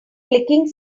clicking